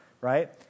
right